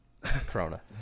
Corona